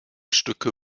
stücke